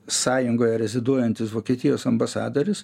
sąjungoje reziduojantis vokietijos ambasadorius